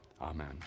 Amen